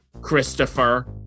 Christopher